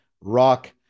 Rock